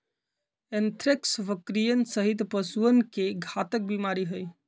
anthrax बकरियन सहित पशुअन के घातक बीमारी हई